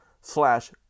slash